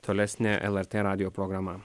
tolesnė lrt radijo programa